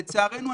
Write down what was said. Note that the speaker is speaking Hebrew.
לצערנו,